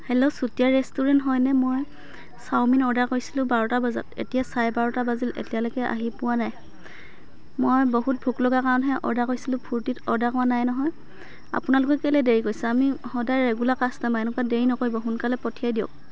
hello Chutia restaurant হয়নে মই chowmein order কৰিছিলোঁ বাৰটা বজাত এতিয়া চাৰে বাৰটা বাজিল এতিয়ালৈকে আহি পোৱা নাই মই বহুত ভোক লগা কাৰণেহে অৰ্ডাৰ কৰিছিলোঁ ফূৰ্তিত অৰ্ডাৰ কৰা নাই নহয় আপোনালোকে কেলেই দেৰি কৰিছে আমি সদায় ৰেগুলাৰ কাষ্টমাৰ এনেকুৱা দেৰি নকৰিব সোনকালে পঠিয়াই দিয়ক